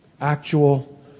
Actual